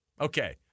Okay